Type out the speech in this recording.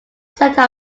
centre